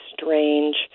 strange